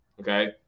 Okay